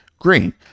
Green